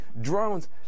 drones